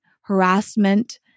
harassment